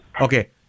Okay